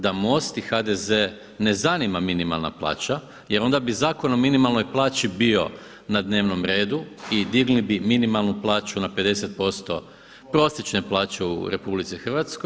Da MOST i HDZ ne zanima minimalna plaća jer onda bi Zakon o minimalnoj plaći bio na dnevnom redu i digli bi minimalnu plaću na 50% prosječne plaće u RH.